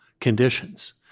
conditions